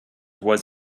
was